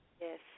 Yes